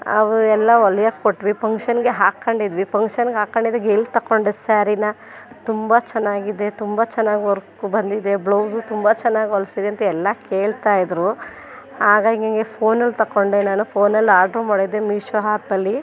ನಾವು ಎಲ್ಲ ಹೊಲೆಯೋಕೆ ಕೊಟ್ವಿ ಪಂಕ್ಷನ್ಗೆ ಹಾಕೊಂಡಿದ್ವಿ ಪಂಕ್ಷನ್ಗೆ ಹಾಕೊಂಡಿದ್ದಾಗ ಎಲ್ಲ ತಗೊಂಡ್ರಿ ಸ್ಯಾರಿನ ತುಂಬ ಚೆನ್ನಾಗಿದೆ ತುಂಬ ಚೆನ್ನಾಗಿ ವರ್ಕು ಬಂದಿದೆ ಬ್ಲೌಸು ತುಂಬ ಚೆನ್ನಾಗಿ ಹೊಲಿಸಿದೆ ಅಂತ ಎಲ್ಲ ಕೇಳ್ತಾಯಿದ್ರು ಆಗ ಹಿಂಗಿಂಗೆ ಫೋನಲ್ಲಿ ತಗೊಂಡೆ ನಾನು ಫೋನಲ್ಲಿ ಆರ್ಡ್ರು ಮಾಡಿದ್ದೆ ಮೀಶೋ ಹ್ಯಾಪಲ್ಲಿ